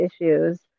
issues